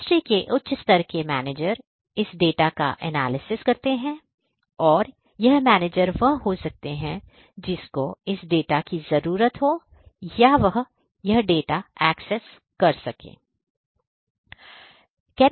industry के उच्च स्तर के मैनेजर इस डाटा का एनालिसिस करते हैं और यह मैनेजर वह हो सकते हैं जिसको इस डाटा की जरूरत हो या वह यह डाटा एक्सेस कर सकें